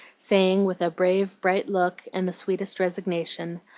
saying, with a brave, bright look, and the sweetest resignation,